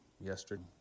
yesterday